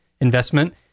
investment